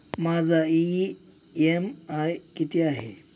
माझा इ.एम.आय किती आहे?